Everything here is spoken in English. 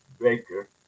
baker